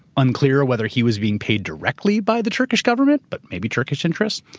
unclear whether he was being paid directly by the turkish government, but maybe turkish interests.